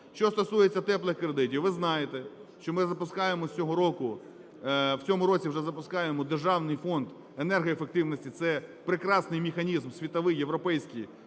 Що стосується "теплих кредитів", ви знаєте, що ми запускаємо з цього року, в цьому році вже запускаємо Державний фонд енергоефективності. Це – прекрасний механізм світовий, європейський